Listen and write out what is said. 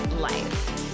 life